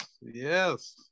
Yes